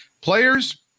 players